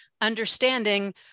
understanding